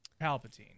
Palpatine